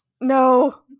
No